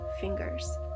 fingers